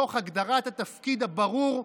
תוך הגדרת התפקיד הברור,